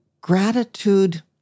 gratitude